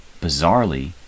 bizarrely